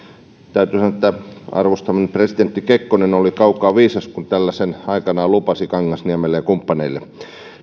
täytyy sanoa että arvostamani presidentti kekkonen oli kaukaa viisas kun tällaisen aikanaan lupasi kangasniemelle ja kumppaneille